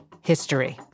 history